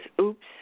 oops